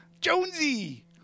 Jonesy